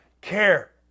care